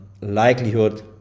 likelihood